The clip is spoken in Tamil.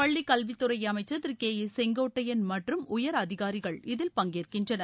பள்ளிக்கல்வித்துறை அமைச்சர் திரு கே ஏ செங்கோட்டையன் மற்றும் உயர் அதிகாரிகள் இதில் பங்கேற்கின்றனர்